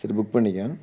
சரி புக் பண்ணிக்க